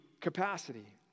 capacity